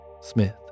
Smith